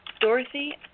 Dorothy